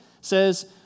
says